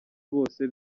bose